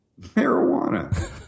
Marijuana